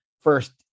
First